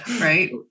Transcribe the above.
Right